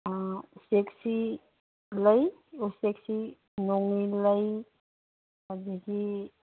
ꯑꯥ ꯎꯆꯦꯛꯁꯤ ꯂꯩ ꯎꯆꯦꯛꯁꯤ ꯅꯣꯡꯉꯤꯟ ꯂꯩ ꯑꯗꯒꯤ